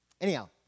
Anyhow